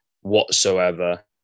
whatsoever